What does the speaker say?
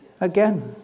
again